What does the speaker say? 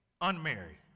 unmarried